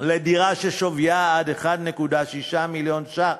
לדירה ששווייה עד 1.6 מיליון ש"ח,